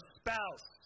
spouse